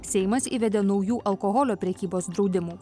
seimas įvedė naujų alkoholio prekybos draudimų